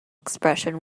expression